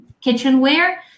kitchenware